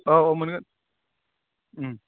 औ औ मोनगोन